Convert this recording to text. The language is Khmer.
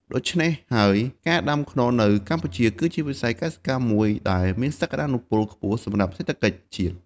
ដូច្នេះហើយ ការដាំខ្នុរនៅកម្ពុជាគឺជាវិស័យកសិកម្មមួយដែលមានសក្តានុពលខ្ពស់សម្រាប់សេដ្ឋកិច្ចជាតិ។